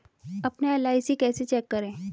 अपना एल.आई.सी कैसे चेक करें?